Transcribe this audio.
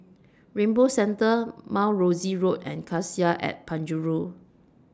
Rainbow Centre Mount Rosie Road and Cassia At Penjuru